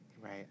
Right